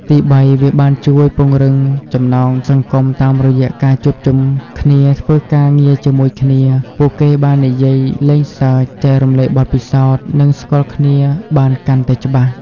ទីបី វាបានជួយ ពង្រឹងចំណងសង្គម តាមរយៈការជួបជុំគ្នាធ្វើការងារជាមួយគ្នា ពួកគេបាននិយាយលេងសើច ចែករំលែកបទពិសោធន៍ និងស្គាល់គ្នាបានកាន់តែច្បាស់។